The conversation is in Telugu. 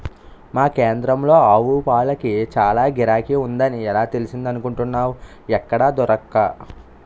మా కేంద్రంలో ఆవుపాలకి చాల గిరాకీ ఉందని ఎలా తెలిసిందనుకున్నావ్ ఎక్కడా దొరక్క